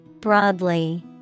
Broadly